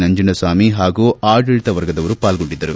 ನಂಜುಂಡಸ್ವಾಮಿ ಹಾಗೂ ಆಡಳಿತ ವರ್ಗದವರು ಪಾಲ್ಗೊಂಡಿದ್ದರು